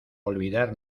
olvidar